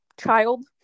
child